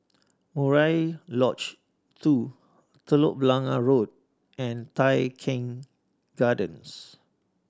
Murai Lodge Two Telok Blangah Road and Tai Keng Gardens